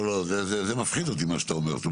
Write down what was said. לא, זה מפחיד אותי, מה שאתה אומר.